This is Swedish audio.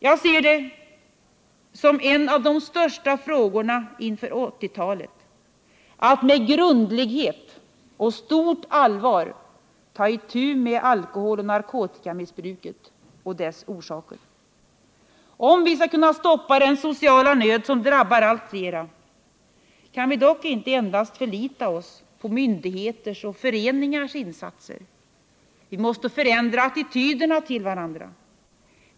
Jag ser det som en av de största frågorna inför 1980-talet att med grundlighet och stort allvar ta itu med alkoholoch narkotikamissbruket och dess orsaker. Om vi skall kunna stoppa den sociala nöd som drabbar allt flera, kan vi dock inte endast förlita oss på myndigheters och föreningars insatser. Vi måste förändra attityderna till varandra.